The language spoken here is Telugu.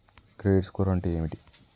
క్రెడిట్ స్కోర్ అంటే ఏమిటి?